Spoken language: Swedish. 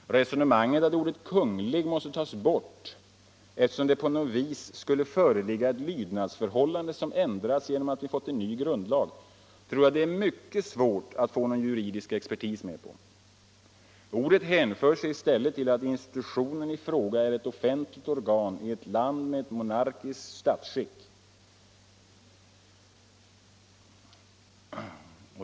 Resonemanget att ordet Kungl. måste tas bort, eftersom det på något vis skulle innebära ett lydnadsförhållande som ändrats genom att vi fått en ny grundlag, tror jag det är mycket svårt att få någon juridisk expertis med på. Ordet hänför sig i stället till att institutionen i fråga är ett offentligt organ i ett land med ett monarkiskt statsskick.